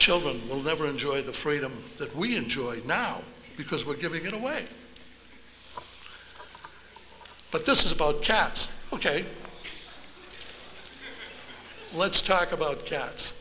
children will never enjoy the freedom that we enjoy now because we're giving it away but this is about cats ok let's talk about cats